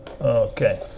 okay